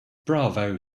bravo